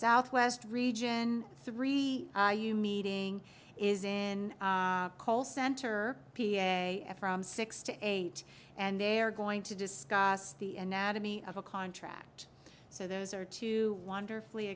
southwest region three you meeting is in call center p a s from six to eight and they are going to discuss the anatomy of a contract so those are two wonderfully